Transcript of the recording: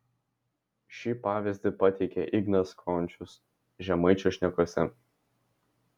šį pavyzdį pateikia ignas končius žemaičio šnekose